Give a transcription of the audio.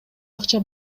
акча